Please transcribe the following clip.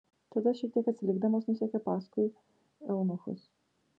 tada šiek tiek atsilikdamas nusekė paskui eunuchus